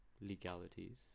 legalities